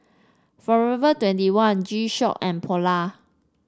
Forever twenty one G Shock and Polar